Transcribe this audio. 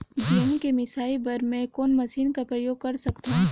गहूं के मिसाई बर मै कोन मशीन कर प्रयोग कर सकधव?